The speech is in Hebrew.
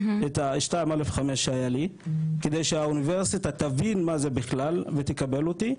את ה- 2א'5 שהיה לי כדי שהאוניברסיטה תבין מה זה בכלל ותקבל אותי,